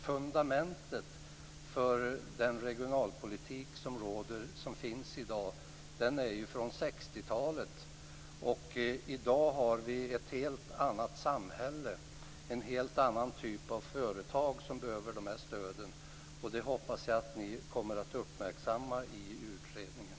Fundamentet till den regionalpolitik som finns i dag är från 60-talet. I dag har vi ett helt annat samhälle och en helt annan typ av företag som behöver dessa stöd. Jag hoppas att ni kommer att uppmärksamma detta i utredningen.